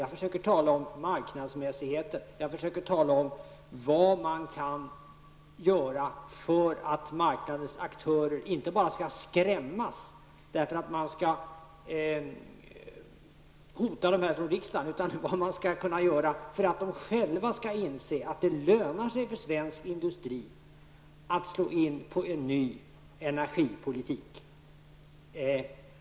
Jag försöker tala om marknadsmässigheten, om vad man kan göra så att marknadens aktörer inte bara skall skrämmas med hot från riksdagen utan vad man skall göra för att de själva skall inse att det lönar sig för svensk industri att slå in på vägen mot en ny energipolitik.